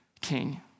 King